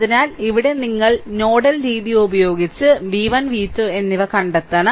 അതിനാൽ ഇവിടെ നിങ്ങൾ നോഡൽ രീതി ഉപയോഗിച്ച് v 1 v 2 എന്നിവ കണ്ടെത്തണം